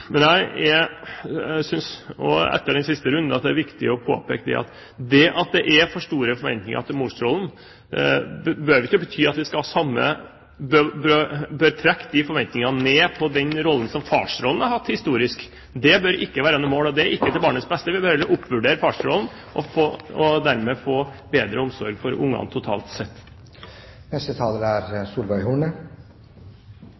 Men jeg synes, også etter den siste runden, at det er viktig å påpeke at det at det er for store forventninger til morsrollen, ikke behøver å bety at vi skal trekke forventningene ned til den rollen som far har hatt historisk. Det bør ikke være noe mål, og det er ikke til barnets beste. Vi burde oppvurdere farsrollen og dermed få bedre omsorg for ungene totalt sett. Nå begynner denne debatten å bli riktig interessant. Hvem det er